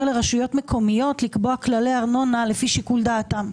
לרשויות מקומיות לקבוע כללי ארנונה לפי שיקול דעתם.